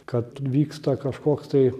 kad vyksta kažkoks tai